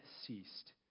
ceased